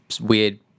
weird